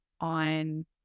on